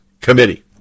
Committee